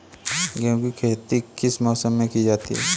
गेहूँ की खेती किस मौसम में की जाती है?